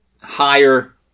higher